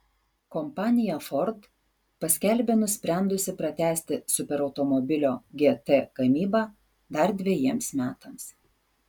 kompanija ford paskelbė nusprendusi pratęsti superautomobilio gt gamybą dar dvejiems metams